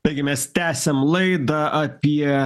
taigi mes tęsiam laidą apie